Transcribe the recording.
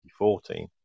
2014